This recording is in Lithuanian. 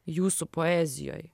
jūsų poezijoj